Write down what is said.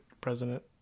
president